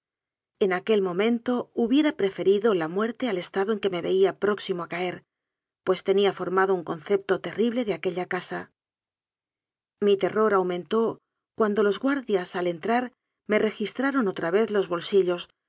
en aquel momento hubiera pre ferido la muerte al estado en que me veía próximo a caer pues tenía formado un concepto terrible de aquella casa mi terror aumentó cuando los guardias al entrar me registraron otra vez los bolsillos